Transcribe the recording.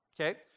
Okay